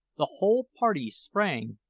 the whole party sprang,